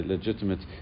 Legitimate